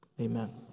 Amen